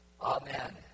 Amen